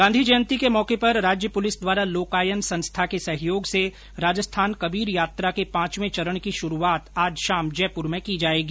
गांधी जयंती के मौके पर राज्य पुलिस द्वारा लोकायन संस्था के सहयोग से राजस्थान कबीर यात्रा के पांचवे चरण की शुरूआत आज शाम जयपुर में की जाएगी